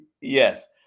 Yes